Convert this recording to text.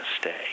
stay